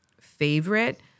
favorite